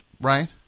Right